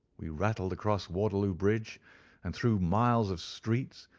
we rattled across waterloo bridge and through miles of streets,